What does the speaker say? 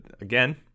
again